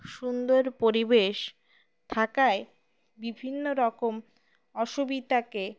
সুন্দর পরিবেশ থাকায় বিভিন্ন রকম অসুবিধাকে